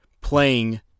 playing